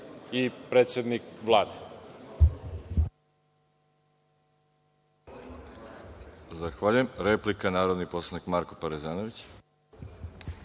i predsednik Vlade.